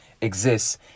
exists